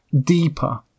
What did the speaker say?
deeper